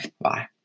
Bye